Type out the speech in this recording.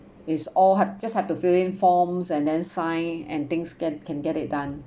is all had just have to fill in forms and then sign and things can can get it done